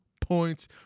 points